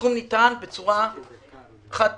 הסכום ניתן בצורה חד-פעמית